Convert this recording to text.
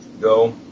go